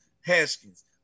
Haskins